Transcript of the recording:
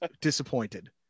disappointed